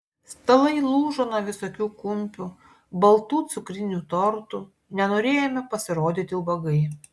stalai lūžo nuo visokių kumpių baltų cukrinių tortų nenorėjome pasirodyti ubagai